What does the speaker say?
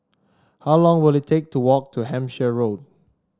how long will it take to walk to Hampshire Road